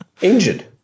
Injured